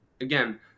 again